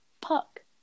Puck